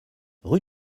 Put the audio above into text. rue